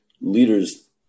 leaders